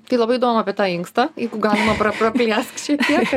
tai labai įdomu apie tą inkstą jeigu galima pra praplėsk šiek tiek